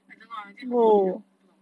I don't know lah I think 很多泥淖我不懂